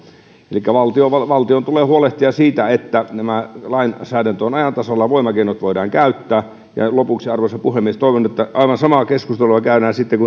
elikkä valtion valtion tulee huolehtia siitä että tämä lainsäädäntö on ajan tasalla voimakeinoja voidaan käyttää ja lopuksi arvoisa puhemies toivon että aivan samaa keskustelua käydään sitten